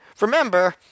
Remember